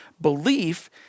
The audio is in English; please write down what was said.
belief